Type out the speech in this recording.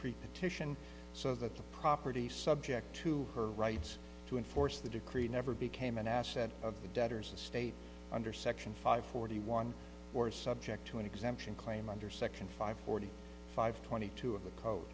titian so that the property subject to her rights to enforce the decree never became an asset of the debtors the state under section five forty one or subject to an exemption claim under section five forty five twenty two of the co